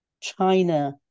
China